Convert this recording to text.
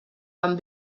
van